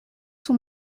son